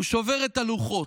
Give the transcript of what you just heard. הוא שובר את הלוחות,